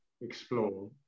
explore